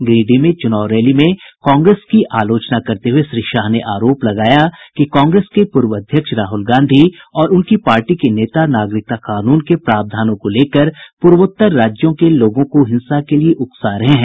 गिरिडीह में चुनाव रैली में कांग्रेस की आलोचना करते हुए श्री शाह ने आरोप लगाया कि कांग्रेस के पूर्व अध्यक्ष राहुल गांधी और उनकी पार्टी के नेता नागरिकता कानून के प्रावधानों को लेकर पूर्वोत्तर राज्यों के लोगों को हिंसा के लिए उकसा रहे हैं